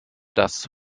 das